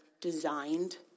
designed